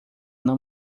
não